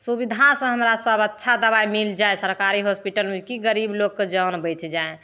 सुबिधासँ हमरा सब अच्छा दबाइ मिल जाए सरकारी होस्पिटलमे कि गरीब लोगके जान बचि जाए